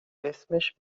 اسمش